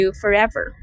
forever